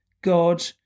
God